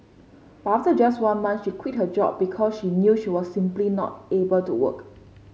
but after just one month she quit her job because she knew she was simply not able to work